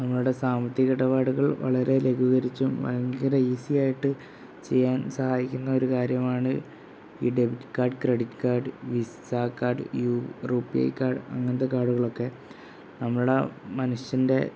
നമ്മളുടെ സാമ്പത്തിക ഇടപാടുകൾ വളരെ ലഘൂകരിച്ചും ഭയങ്കര ഈസി ആയിട്ട് ചെയ്യാൻ സഹായിക്കുന്ന ഒരു കാര്യമാണ് ഈ debit card credit card Visa card RuPay card അങ്ങനത്തെ കാർഡുകളൊക്കെ നമ്മൾ ആ മനുഷ്യൻ്റെ